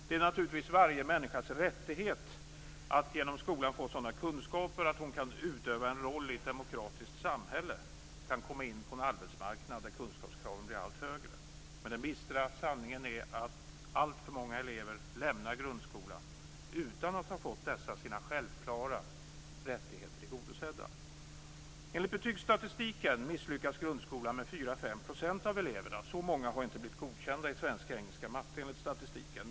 Det är naturligtvis varje människas rättighet att genom skolan få sådana kunskaper att hon kan utöva en roll i ett demokratiskt samhälle och kan komma in på en arbetsmarknad där kunskapskraven blir allt högre. Men den bistra sanningen är att alltför många elever lämnar grundskolan utan att ha fått dessa sina självklara rättigheter tillgodosedda. 5 % av eleverna. Så många har inte blivit godkända i svenska, engelska och matematik enligt statistiken.